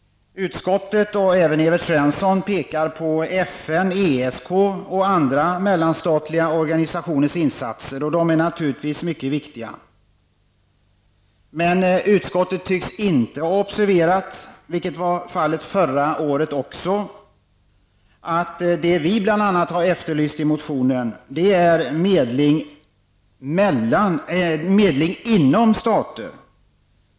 Utskottet och även Evert Svensson pekar på FN, ESK och andra mellanstatliga organisationers insatser. De är naturligtvis mycket viktiga. Utskottet tycks dock inte har observerat -- så var fallet även förra året -- att vi i motionen bl.a. har efterlyst medling inom stater.